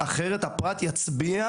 אחרת הפרט יצביע,